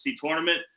tournament